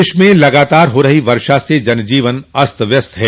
प्रदेश में लगातार हो रही वर्षा से जनजीवन अस्त व्यवस्त है